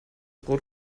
brot